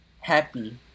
happy